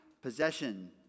possession